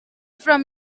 from